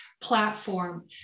platform